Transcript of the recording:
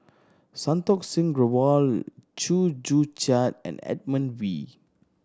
Santokh Singh Grewal Chew Joo Chiat and Edmund Wee